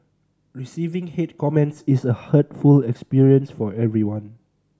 receiving hate comments is a hurtful experience for anyone